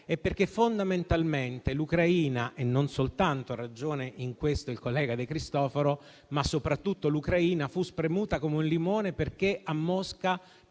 è perché fondamentalmente l'Ucraina, e non soltanto - ha ragione in questo il collega De Cristofaro - fu spremuta come un limone, perché a Mosca